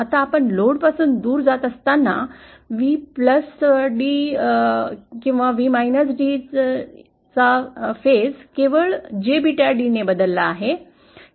आता आपण लोडपासून दूर जात असताना V किंवा V चा टप्पा केवळ jbeta d ने बदलला आहे